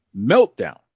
meltdown